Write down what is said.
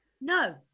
No